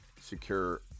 secure